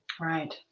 Right